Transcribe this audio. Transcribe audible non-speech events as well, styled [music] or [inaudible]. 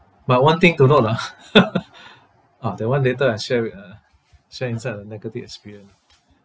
but one thing to note ah [laughs] ah that [one] later I share with uh share inside the negative experience ah